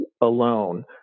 alone